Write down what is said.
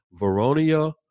veronia